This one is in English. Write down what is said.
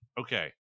Okay